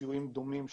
וסיוע דומה.